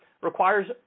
Requires